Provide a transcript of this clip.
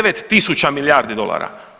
9000 milijardi dolara.